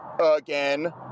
again